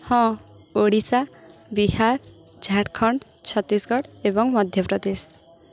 ହଁ ଓଡ଼ିଶା ବିହାର ଝାଡ଼ଖଣ୍ଡ ଛତିଶଗଡ଼ ଏବଂ ମଧ୍ୟପ୍ରଦେଶ